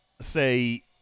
say